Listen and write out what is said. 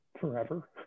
forever